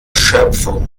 schöpfung